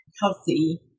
healthy